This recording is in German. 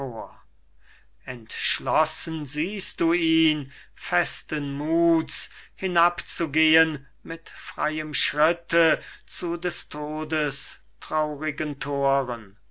entschlossen siehst du ihn festen muths hinab zu gehen mit freiem schritte zu des todes traurigen thoren